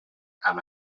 amb